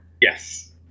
Yes